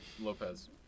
Lopez